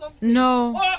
No